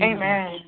Amen